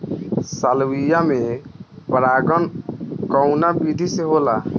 Salvia में परागण कउना विधि से होला?